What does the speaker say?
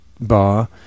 bar